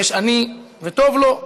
יש עני וטוב לו.